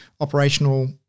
operational